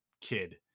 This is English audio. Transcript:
kid